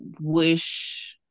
wish